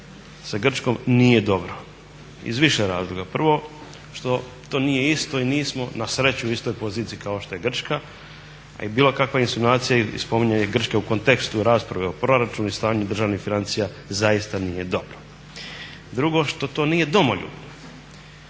sa Grčkom nije dobro iz više razloga. Prvo, što to nije isto i nismo na sreću u istoj poziciji kao što je Grčka, a i bilo kakva insinuacija i spominjanje Grčke u kontekstu rasprave o proračunu i stanju državnih financija zaista nije dobro. Drugo, što to nije domoljubno.